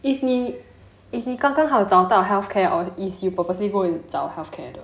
is 你 is 你刚刚好找 healthcare or is you purposely go and 找 healthcare